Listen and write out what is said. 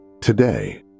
Today